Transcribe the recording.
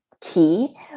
key